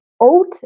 oat